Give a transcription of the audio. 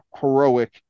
heroic